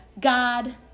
God